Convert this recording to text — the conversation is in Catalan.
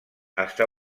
està